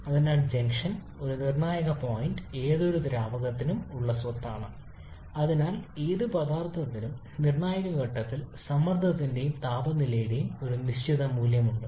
അതിനാൽ ജംഗ്ഷൻ ഒരു നിർണായക പോയിന്റ് ഏതൊരു ദ്രാവകത്തിനും ഉള്ള സ്വത്താണ് അതിനാൽ ഏത് പദാർത്ഥത്തിനും നിർണ്ണായക ഘട്ടത്തിൽ സമ്മർദ്ദത്തിന്റെയും താപനിലയുടെയും ഒരു നിശ്ചിത മൂല്യമുണ്ട്